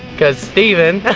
cuz steven!